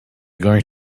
going